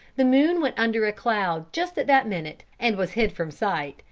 the moon went under a cloud just at that minute and was hid from sight,